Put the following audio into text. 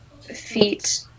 feet